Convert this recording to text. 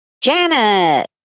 Janet